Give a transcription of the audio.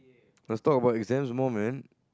let's talk about exams more man